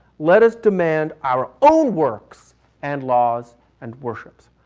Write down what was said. let us demand our own works and laws and worships.